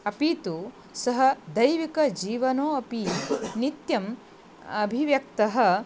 अपि तु सः दैविकजीवनो अपि नित्यम् अभिव्यक्तः